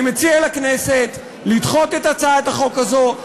אני מציע לכנסת לדחות את הצעת החוק הזו.